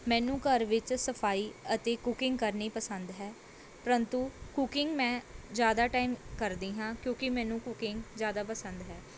ਮੈਨੂੰ ਘਰ ਵਿੱਚ ਸਫਾਈ ਅਤੇ ਕੁਕਿੰਗ ਕਰਨੀ ਪਸੰਦ ਹੈ ਪਰੰਤੂ ਕੁਕਿੰਗ ਮੈਂ ਜ਼ਿਆਦਾ ਟਾਈਮ ਕਰਦੀ ਹਾਂ ਕਿਉਂਕਿ ਮੈਨੂੰ ਕੁਕਿੰਗ ਜ਼ਿਆਦਾ ਪਸੰਦ ਹੈ